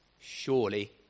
surely